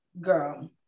girl